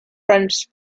french